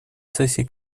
сессии